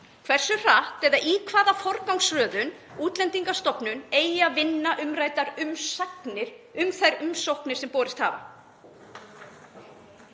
hversu hratt eða í hvaða forgangsröðun Útlendingastofnun eigi að vinna umræddar umsagnir um þær umsóknir sem borist hafa.